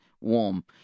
warm